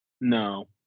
No